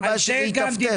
מה הבעיה שזה יטפטף?